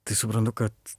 tai suprantu kad